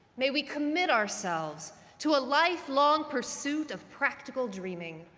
may we commit ourselves to a lifelong pursuit of practical dreaming